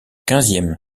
quinzième